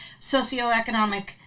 socioeconomic